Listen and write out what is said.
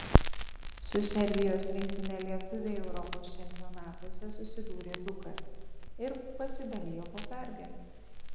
su serbijos rinktine lietuviai europos čempionatuose susidūrė dukart ir pasidalijo po pergalę